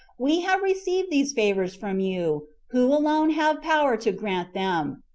we have received these favors from you, who alone have power to grant them,